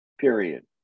period